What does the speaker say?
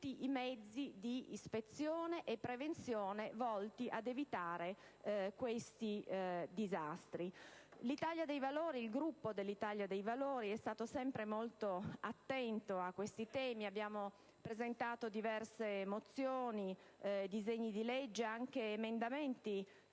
i mezzi di ispezione e prevenzione volti ad evitare questi disastri. Il Gruppo dell'Italia dei Valori è stato sempre molto attento a questi temi. Abbiamo presentato diverse mozioni, disegni di legge ed anche emendamenti